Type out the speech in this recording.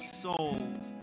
souls